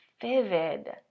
vivid